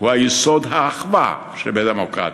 הוא יסוד האחווה בדמוקרטיה.